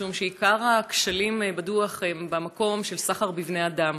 משום שעיקר הכשלים בדוח הם במקום של סחר בבני אדם.